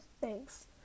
thanks